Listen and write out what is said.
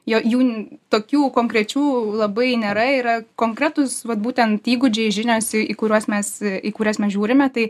jo jų tokių konkrečių labai nėra yra konkretūs vat būtent įgūdžiai žinios į kuriuos mes į kurias mes žiūrime tai